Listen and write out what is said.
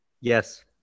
Yes